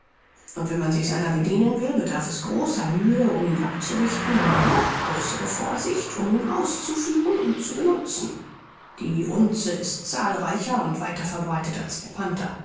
und wenn man sich seiner bedienen will bedarf es großer mühe um ihn abzurichten und noch größere vorsicht um ihn auszuführen und zu benutzen die unze ist zahlreicher und weiter verbreitet als der panther